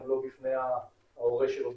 גם לא בפני ההורה שלו,